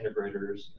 integrators